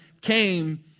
came